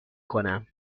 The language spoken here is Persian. کنم